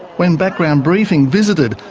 when background briefing visited,